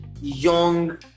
young